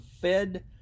Fed